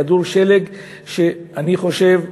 כדור שלג שאני חושב,